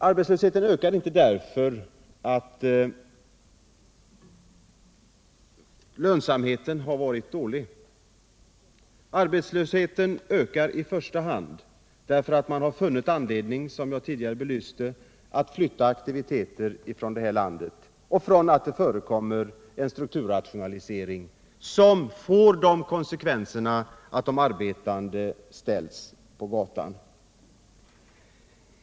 Arbetslösheten ökar inte därför att lönsamheten har varit dålig. Arbetslösheten ökar i första hand därför att man — som jag tidigare belyste — har funnit anledning att flytta aktiviteter från vårt land och därför att det förekommer en strukturrationalisering som får konsekvensen att de arbetande ställs på gatan.